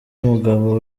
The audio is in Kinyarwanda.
umugabo